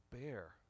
bear